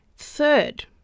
Third